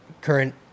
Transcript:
current